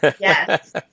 Yes